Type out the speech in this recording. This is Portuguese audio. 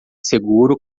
seguro